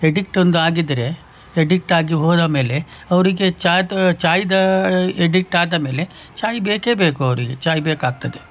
addict ಒಂದು ಆಗಿದ್ದರೆ addict ಆಗಿ ಹೋದ ಮೇಲೆ ಅವರಿಗೆ ಚಾಯ್ ಚಾಯ್ದ ಎಡಿಕ್ಟ್ ಆದ ಮೇಲೆ ಚಾಯ್ ಬೇಕೇ ಬೇಕು ಅವರಿಗೆ ಚಾಯ್ ಬೇಕಾಗ್ತದೆ